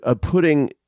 putting